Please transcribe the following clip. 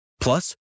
Plus